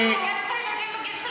יש לך ילדים בגיל של,